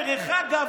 דרך אגב,